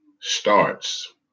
starts